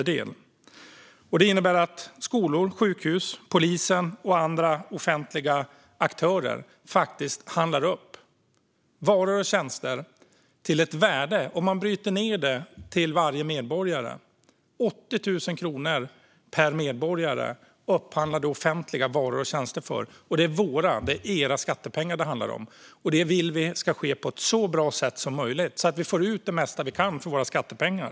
Det innebär att skolor, sjukhus, polisen och andra offentliga aktörer handlar upp varor och tjänster till ett värde som om man bryter ned det till varje medborgare uppgår till 80 000 kronor. Det är våra - era - skattepengar det handlar om. Vi vill att detta ske så bra som möjligt så att vi får ut det mesta vi kan från våra skattepengar.